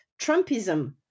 Trumpism